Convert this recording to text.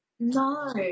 No